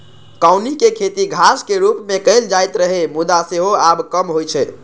कौनी के खेती घासक रूप मे कैल जाइत रहै, मुदा सेहो आब कम होइ छै